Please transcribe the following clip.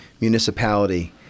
municipality